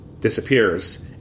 disappears